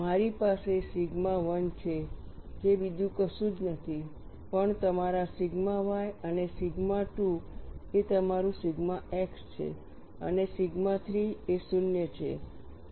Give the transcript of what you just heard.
મારી પાસે સિગ્મા 1 છે જે બીજું કશું જ નથી પણ તમારા સિગ્મા y અને સિગ્મા 2 એ તમારું સિગ્મા x છે અને સિગ્મા 3 એ શૂન્ય છે